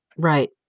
Right